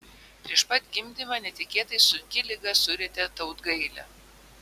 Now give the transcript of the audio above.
prieš pat gimdymą netikėtai sunki liga surietė tautgailę